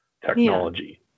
technology